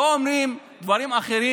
אגפים,